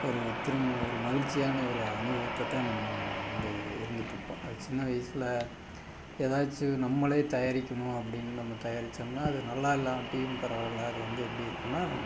ஒரு திரும்ப ஒரு மகிழ்ச்சியான ஒரு அனுபவத்தை தான் நம்ம வந்து இருந்துகிட்ருப்போம் அது சின்ன வயசில் ஏதாச்சும் நம்மளே தயாரிக்கணும் அப்படின்னு நம்ம தயாரிச்சோம்னால் அது நல்லா இல்லாட்டியும் பரவாயில்ல அது வந்து எப்படி இருக்கும்னால்